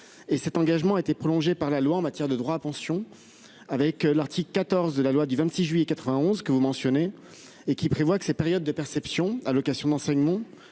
et cet engagement a été prolongé par la loi en matière de droits à pension avec l'article 14 de la loi du 26 juillet 91 que vous mentionnez et qui prévoit que ces périodes de perception à l'occasion d'enseignement